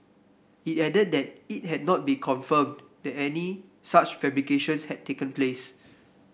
it added that it had not be confirmed that any such fabrications had taken place